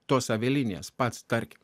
tas avialinijas pats tarkim